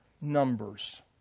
numbers